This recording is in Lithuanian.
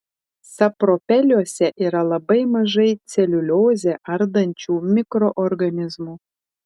sapropeliuose yra labai mažai celiuliozę ardančių mikroorganizmų